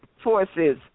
forces